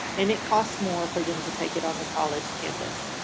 and it costs more for them to take it on the college campus.